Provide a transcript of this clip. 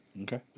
Okay